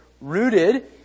rooted